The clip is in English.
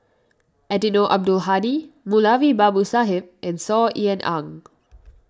Eddino Abdul Hadi Moulavi Babu Sahib and Saw Ean Ang